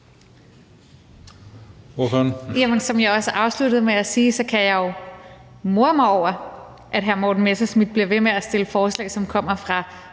Som jeg også afsluttede med at sige, kan jeg jo more mig over, at hr. Morten Messerschmidt bliver ved med at fremsætte forslag, som kommer fra